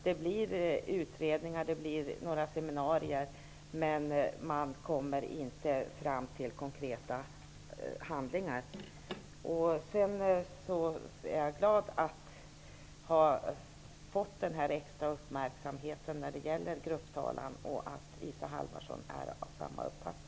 Det resulterar i utredningar och några seminarier, men man kommer inte fram till konkreta åtgärder. Jag är glad över att ha fått denna extra uppmärksamhet när det gäller grupptalan och att Isa Halvarsson delar min uppfattning.